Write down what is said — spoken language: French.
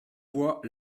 voix